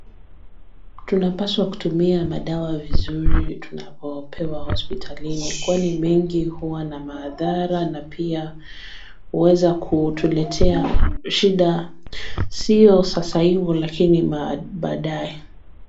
Tunapaswa kutumia madawa vizuri tunapopewa hospitalini kwani mengi huwa na maadhara na pia uwezakutuletea shida sio sasa ivo lakini ma baadaye.